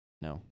No